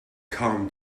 calm